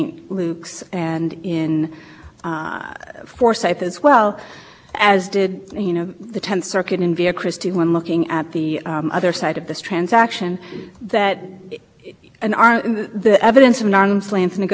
because the nonprofit by virtue of not being a maximum profit maximizing entity has less the the what it what the consideration that received is much less indicative of the fair market